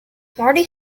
marty